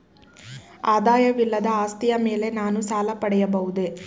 ಆದಾಯವಿಲ್ಲದ ಆಸ್ತಿಯ ಮೇಲೆ ನಾನು ಸಾಲ ಪಡೆಯಬಹುದೇ?